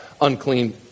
unclean